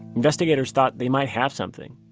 investigators thought they might have something.